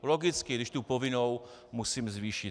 Logicky, když tu povinnou musím zvýšit.